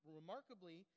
remarkably